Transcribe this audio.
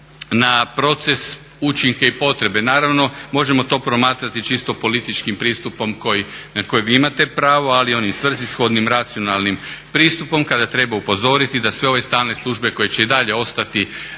na proces, učinke i potrebe. Naravno, možemo to promatrati čisto političkim pristupom na kojeg imate pravo, ali onim svrsishodnim racionalnim pristupom kada treba upozoriti da sve ove stalne službe koje će i dalje ostati